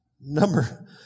Number